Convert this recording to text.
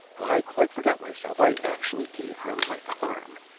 i quite forgot myself i actually gave her my arm,